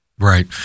Right